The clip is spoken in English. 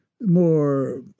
more